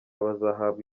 bazahabwa